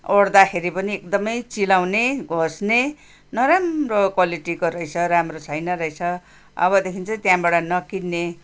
ओढ्दाखेरि पनि एकदमै चिलाउने घोच्ने नराम्रो क्वालिटीको रहेछ राम्रो छैन रहेछ अबदेखि चाहिँ त्यहाँबाट नकिन्ने